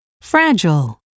Fragile